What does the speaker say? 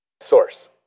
source